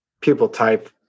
people-type